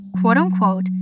quote-unquote